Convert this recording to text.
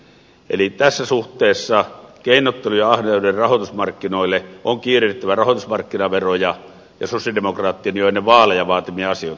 eli tässä suhteessa keinottelun ja ahneuden rahoitusmarkkinoille on kiirehdittävä rahoitusmarkkinaveroja ja sosialidemokraattien jo ennen vaaleja vaatimia asioita